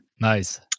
Nice